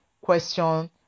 question